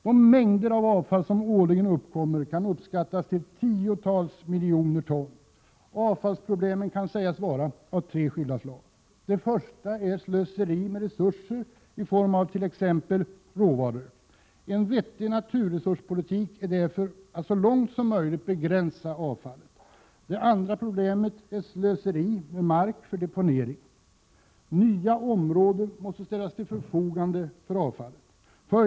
Den mängd avfall som årligen uppkommer kan uppskattas till tiotals miljoner ton. Avfallsproblemen kan sägas vara av tre skilda slag: Det första problemet är slöseriet med resurser t.ex. när det gäller råvaror. En vettig naturresurspolitik är därför att så långt som möjligt begränsa avfallet. Det andra problemet är slöseriet med mark för deponering. Nya områden måste ställas till förfogande för avfallet.